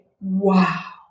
wow